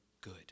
good